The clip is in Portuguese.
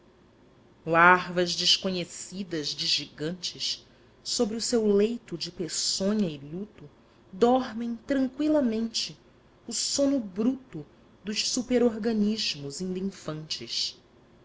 larvas desconhecidas de gigantes sobre o seu leito de peçonha e luto dormem tranqüilamente o sono bruto dos superorganismos ainda infantes